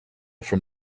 from